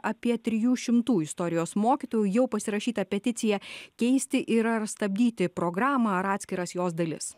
apie trijų šimtų istorijos mokytojų jau pasirašytą peticiją keisti ir ar stabdyti programą ar atskiras jos dalis